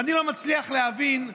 ואני לא מצליח להבין,